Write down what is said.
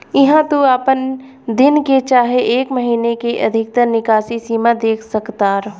इहा तू आपन एक दिन के चाहे एक महीने के अधिकतर निकासी सीमा देख सकतार